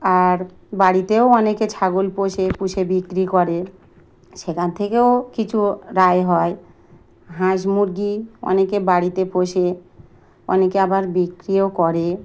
আর বাড়িতেও অনেকে ছাগল পষে পুষে বিক্রি করে সেখান থেকেও কিছু রায় হয় হাঁস মুরগি অনেকে বাড়িতে পষে অনেকে আবার বিক্রিও করে